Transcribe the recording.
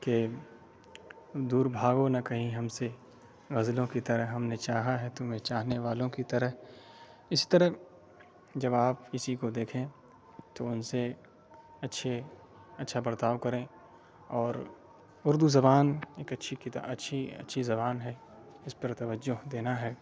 کہ دور بھاگو نہ کہیں ہم سے غزلوں کی طرح ہم نے چاہا ہے تمہیں چاہنے والوں کی طرح اسی طرح جب آپ کسی کو دیکھیں تو ان سے اچھے اچھا برتاؤ کریں اور اردو زبان ایک اچھی کتا اچھی اچھی زبان ہے اس پر توجہ دینا ہے